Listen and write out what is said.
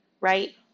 right